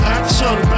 Action